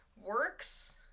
works